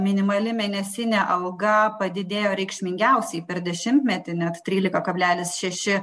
minimali mėnesinė alga padidėjo reikšmingiausiai per dešimtmetį net trylika kablelis šeši